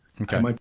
Okay